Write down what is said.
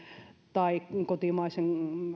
tai kotimaisen